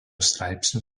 straipsnių